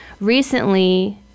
recently